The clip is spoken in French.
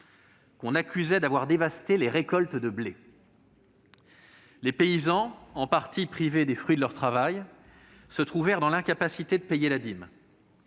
l'on accusait d'avoir dévasté les récoltes de blé. Les paysans, en partie privés des fruits de leur travail, se trouvèrent dans l'incapacité de payer la dîme.